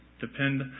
depend